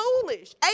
foolish